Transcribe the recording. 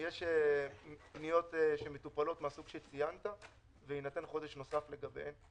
יש פניות מן הסוג שציינת שמטופלות ויינתן חודש נוסף לגביהן.